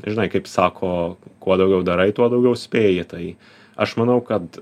žinai kaip sako kuo daugiau darai tuo daugiau spėji tai aš manau kad